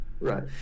Right